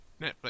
Netflix